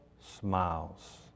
smiles